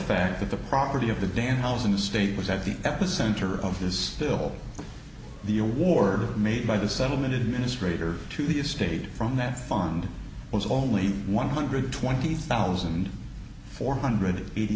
fact that the property of the dam house in the state was at the epicenter of this bill the award made by the settlement administrator to the state from that fund was only one hundred twenty thousand four hundred eighty